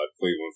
Cleveland